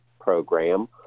program